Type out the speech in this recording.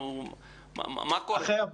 מה קורה?